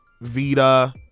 vita